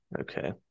Okay